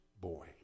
boy